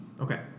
Okay